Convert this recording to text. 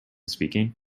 speaking